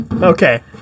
Okay